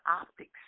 optics